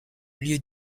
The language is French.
lieu